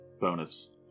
bonus